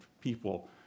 people